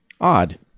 Odd